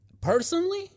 Personally